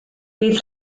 bydd